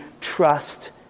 trust